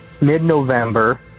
mid-November